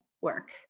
work